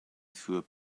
through